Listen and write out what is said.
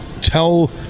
Tell